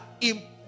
important